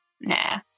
Nah